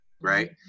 right